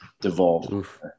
devolve